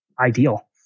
ideal